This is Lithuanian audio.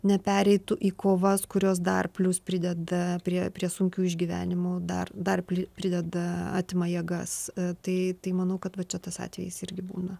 nepereitų į kovas kurios dar plius prideda prie prie sunkių išgyvenimų dar dar prideda atima jėgas tai tai manau kad va čia tas atvejis irgi būna